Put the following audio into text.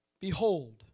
Behold